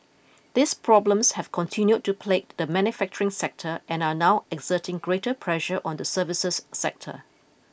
these problems have continued to plague the manufacturing sector and are now exerting greater pressure on the services sector